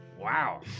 Wow